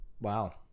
wow